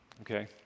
okay